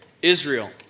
Israel